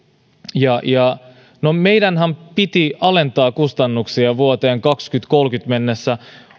no meidänhän piti alentaa päästöjä vuoteen kaksituhattakolmekymmentä mennessä